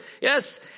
Yes